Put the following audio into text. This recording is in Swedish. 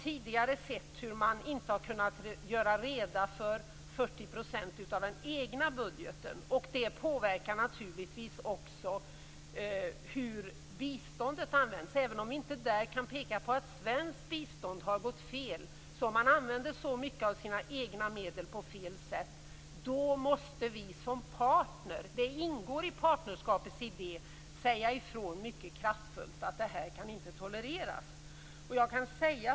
Tidigare har man inte kunnat redogöra för 40 % av den egna budgeten, och detta påverkar naturligtvis också hur biståndet används. Även om vi inte kan peka på att svenskt bistånd har gått fel och man har använt sina egna medel på fel sätt, så måste vi som partner - det ingår i partnerskapets idé - säga ifrån mycket kraftfullt att detta inte kan tolereras.